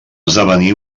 esdevenir